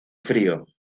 frío